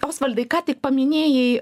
osvaldai ką tik paminėjai